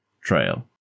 Trail